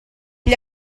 gli